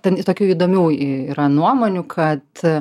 ten tokių įdomių y yra nuomonių kad